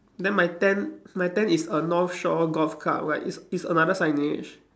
then my tent my tent is a north shore golf club right is is another signage